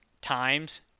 times